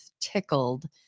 tickled